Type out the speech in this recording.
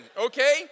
okay